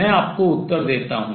मैं आपको उत्तर देता हूँ